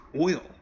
oil